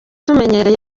tumenyereye